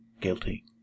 guilty